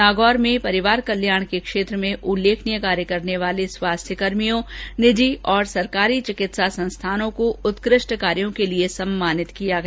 नागौर में परिवार कल्याण के क्षेत्र में उल्लेखनीय कार्य करने वाले स्वास्थ्य कर्मियों निजी और सरकारी चिकित्सा संस्थानों को उत्कृष्ट कार्यो के लिए समारोह में सम्मानित किया गया